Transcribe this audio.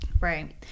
Right